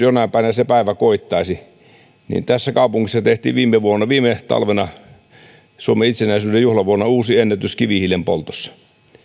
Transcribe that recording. jonain päivänä se päivä koittaisi niin tässä kaupungissa tehtiin viime talvena suomen itsenäisyyden juhlavuonna uusi ennätys kivihiilen poltossa